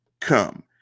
come